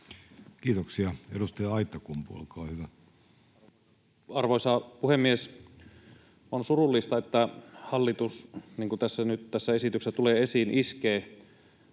Kiitoksia. — Edustaja Aittakumpu, olkaa hyvä. Arvoisa puhemies! On surullista, että hallitus, niin kuin nyt tässä esityksessä tulee esiin, iskee